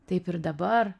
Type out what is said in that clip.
taip ir dabar